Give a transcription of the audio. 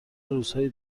روزهای